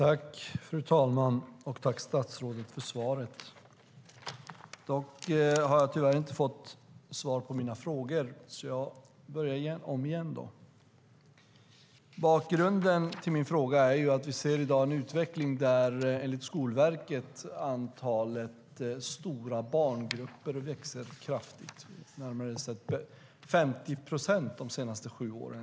Fru talman! Jag tackar statsrådet för svaret. Tyvärr har jag dock inte fått svar på mina frågor, så jag börjar om igen. Bakgrunden till min interpellation är att vi i dag ser en utveckling där antalet stora barngrupper ökar kraftigt. Enligt Skolverket har det ökat med närmare 50 procent de senaste sju åren.